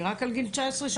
רק על גיל 19, שהוא כבר בגיר?